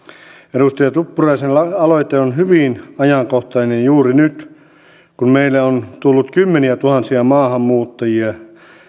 edustaja tuppuraisen aloite on hyvin ajankohtainen juuri nyt kun meille on tullut kymmeniä tuhansia maahanmuuttajia